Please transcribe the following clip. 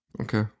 Okay